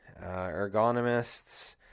ergonomists